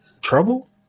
Trouble